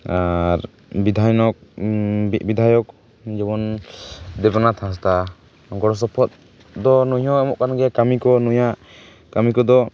ᱟᱨ ᱵᱤᱫᱷᱟᱱᱚᱠ ᱵᱤᱫᱷᱟᱭᱚᱠ ᱡᱮᱢᱚᱱ ᱫᱮᱵᱽᱱᱟᱛᱷ ᱦᱟᱸᱥᱫᱟ ᱜᱚᱲᱚ ᱥᱚᱯᱚᱦᱚᱫ ᱫᱚ ᱱᱩᱭ ᱦᱚᱸ ᱮᱢᱚᱜ ᱠᱟᱱ ᱜᱮᱭᱟᱭ ᱠᱟᱹᱢᱤ ᱠᱚ ᱱᱩᱭᱟᱜ ᱠᱟᱹᱢᱤ ᱠᱚᱫᱚ